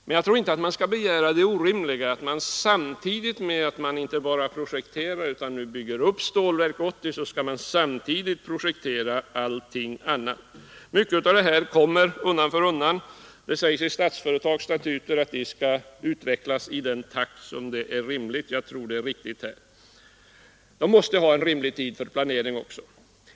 Men jag tror att det är orimligt att begära att man samtidigt med att man projekterar och bygger upp Stålverk 80 skall projektera allting annat. Mycket av detta kommer undan för undan. Det sägs i Statsföretags statuter att företaget skall utvecklas i den takt som är rimlig. Jag tror det är riktigt. Man måste ha rimlig tid för planering också.